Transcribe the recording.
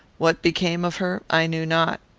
what became of her i knew not.